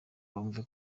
bumve